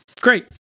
great